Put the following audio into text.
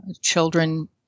children